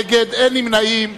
נגד, אין נמנעים.